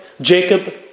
Jacob